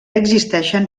existeixen